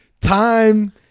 time